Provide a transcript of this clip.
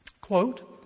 Quote